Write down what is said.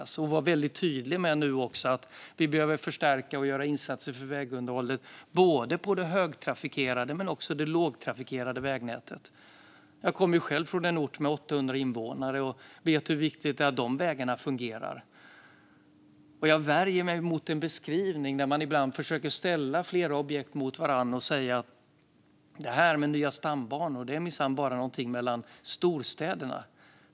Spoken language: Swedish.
Man behöver nu vara väldigt tydlig med att vi behöver förstärka och göra insatser för vägunderhållet, både på det högtrafikerade och på det lågtrafikerade vägnätet. Jag kommer själv från en ort med 800 invånare och vet hur viktigt det är att vägarna där fungerar. Och jag värjer mig mot en beskrivning där man ibland försöker ställa flera objekt mot varandra och säga att detta med nya stambanor minsann bara är någonting mellan storstäderna.